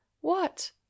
What